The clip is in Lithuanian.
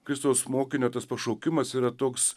kristaus mokinio tas pašaukimas yra toks